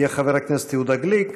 יהיה חבר הכנסת יהודה גליק.